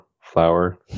flower